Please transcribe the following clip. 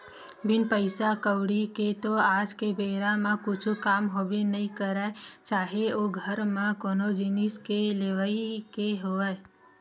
बिन पइसा कउड़ी के तो आज के बेरा म कुछु काम होबे नइ करय चाहे ओ घर म कोनो जिनिस के लेवई के होवय